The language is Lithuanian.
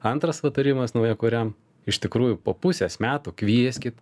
antras patarimas naujakuriam iš tikrųjų po pusės metų kvieskit